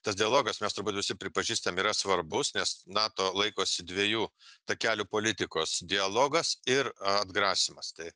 tas dialogas mes turbūt visi pripažįstam yra svarbus nes nato laikosi dviejų takelių politikos dialogas ir atgrasymas tai